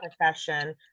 profession